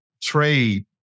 trade